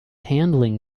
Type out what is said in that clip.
handling